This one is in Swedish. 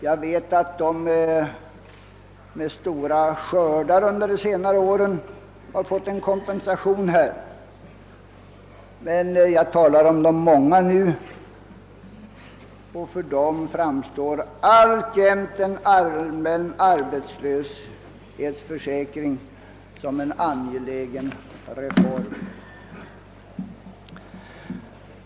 Jag vet att en del jordbrukare tack vare stora skördar under senare år har fått en kompensation, men för jordbrukarna i gemen framstår alltjämt en allmän arbetslöshetsförsäkring som en angelägen reform.